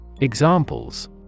Examples